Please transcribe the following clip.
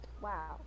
wow